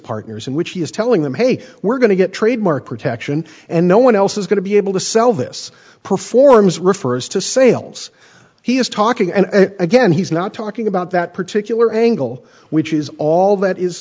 partners in which he is telling them hey we're going to get trademark protection and no one else is going to be able to sell this performs refers to sales he is talking and again he's not talking about that particular angle which is all that is